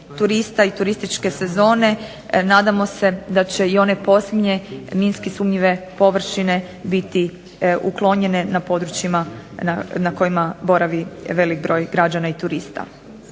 turista i turističke sezone nadamo se da će i one posljednje minski sumnjive površine biti uklonjene na područjima na kojima boravi veliki broj građana i turista.